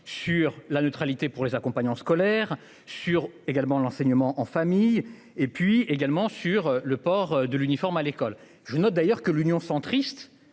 sur la neutralité pour les accompagnants scolaires sur également l'enseignement en famille et puis également sur le port de l'uniforme à l'école. Je note d'ailleurs que l'Union centriste.